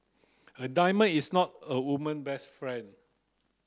a diamond is not a woman best friend